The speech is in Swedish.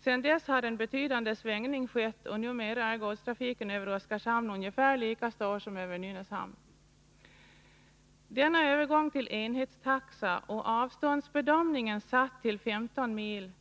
Sedan dess har en betydande svängning skett, och numera är godstrafiken över Oskarshamn ungefär lika stor som den över Nynäshamn. Denna övergång till enhetstaxa och att avståndsbedömningen satts till 15 mil